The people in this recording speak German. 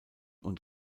und